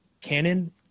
Canon